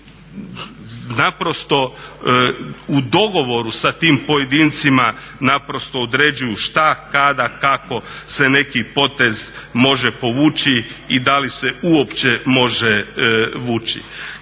naprosto u dogovoru sa tim pojedincima naprosto određuju što, kada, kako se neki potez može povući i da li se uopće može vući.